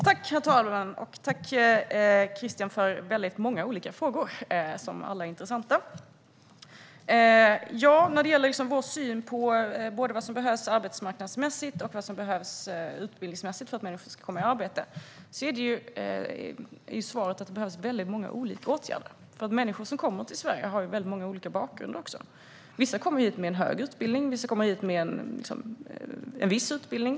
Herr talman! Tack, Christian, för väldigt många olika frågor, som alla är intressanta! När det gäller vår syn på vad som behövs både arbetsmarknadsmässigt och utbildningsmässigt för att människor ska komma i arbete är svaret att det behövs väldigt många olika åtgärder, eftersom människor som kommer till Sverige har väldigt många olika bakgrunder. Vissa kommer hit med en hög utbildning, och andra kommer hit med viss utbildning.